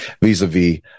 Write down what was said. vis-a-vis